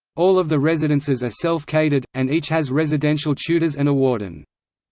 all of the residences are self-catered, and each has residential tutors and a warden.